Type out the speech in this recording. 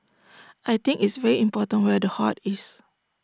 I think it's very important where the heart is